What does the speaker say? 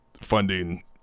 Funding